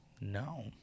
No